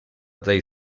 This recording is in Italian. dei